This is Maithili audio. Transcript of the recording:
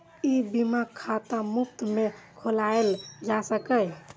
ई बीमा खाता मुफ्त मे खोलाएल जा सकैए